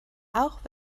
auch